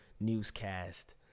newscast